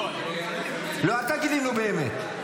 --- נו, באמת --- לא, אל תגיד לי נו, באמת.